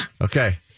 okay